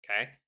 Okay